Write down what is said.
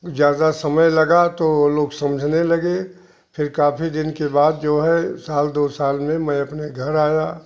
ज़्यादा समय लगा तो लोग समझने लगे फिर काफ़ी दिन के बाद जो है साल दो साल में मैं अपने घर आया